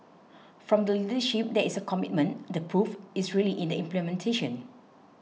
from the leadership there is a commitment the proof is really in the implementation